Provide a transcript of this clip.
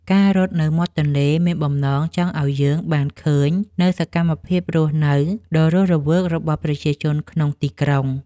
ការរត់នៅមាត់ទន្លេមានបំណងចង់ឱ្យយើងបានឃើញនូវសកម្មភាពរស់នៅដ៏រស់រវើករបស់ប្រជាជនក្នុងទីក្រុង។